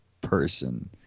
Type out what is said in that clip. person